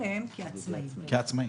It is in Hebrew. קופת גמל לפיצויים זה משהו אחר,